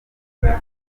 wera